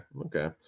okay